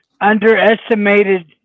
underestimated